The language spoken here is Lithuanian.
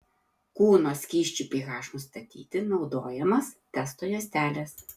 kūno skysčių ph nustatyti naudojamos testo juostelės